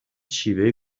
شیوه